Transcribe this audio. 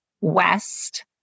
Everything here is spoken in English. west